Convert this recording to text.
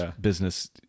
business